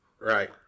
Right